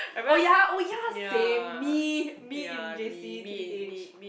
oh ya oh ya same me me in J_C T_B_H